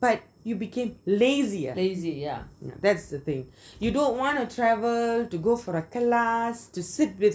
but you became lazier that's the thing you don't want to travel you go for class you sit with